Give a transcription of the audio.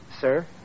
sir